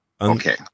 Okay